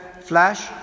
flash